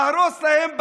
להרוס להם בתים?